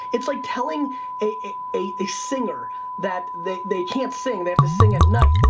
it's like telling a a singer that they they can't sing, they have to sing at night.